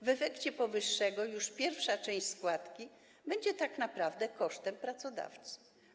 W efekcie powyższego już pierwsza część składki będzie tak naprawdę kosztem pracodawcy.